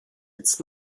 its